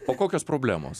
o kokios problemos